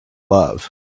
love